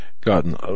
gotten